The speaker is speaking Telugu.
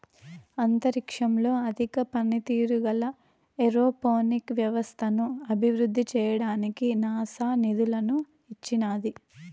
అంతరిక్షంలో అధిక పనితీరు గల ఏరోపోనిక్ వ్యవస్థను అభివృద్ధి చేయడానికి నాసా నిధులను ఇచ్చినాది